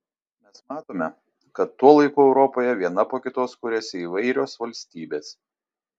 mes matome kad tuo laiku europoje viena po kitos kuriasi įvairios valstybės